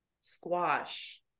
squash